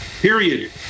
period